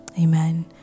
amen